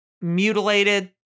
mutilated